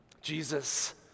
Jesus